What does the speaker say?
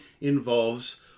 involves